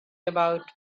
about